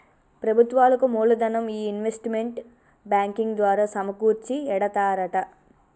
ప్రభుత్వాలకు మూలదనం ఈ ఇన్వెస్ట్మెంట్ బ్యాంకింగ్ ద్వారా సమకూర్చి ఎడతారట